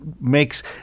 makes